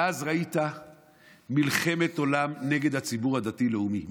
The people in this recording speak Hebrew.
ואז ראית מלחמת עולם נגד הציבור הדתי-לאומי,